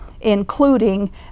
including